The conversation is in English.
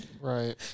Right